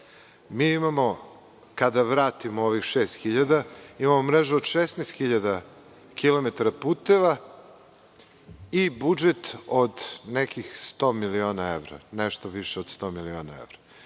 Mi imamo, kada vratimo ovih 6.000, mrežu od 16.000 km puteva i budžet od nekih 100 miliona evra, nešto više od 100 miliona evra.